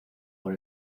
por